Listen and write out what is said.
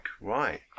right